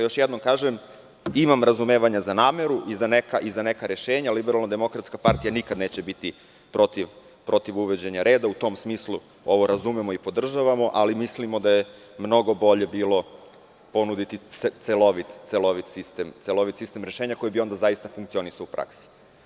Još jednom kažem, imam razumevanja za nameru i za neka rešenja, Liberalno demokratska partija nikada neće biti protiv uvođenja reda, u tom smislu ovo razumemo i podržavamo, ali mislimo da je mnogo bolje bilo ponuditi celovit sistem rešenja, koji bi onda zaista funkcionisao u praksi.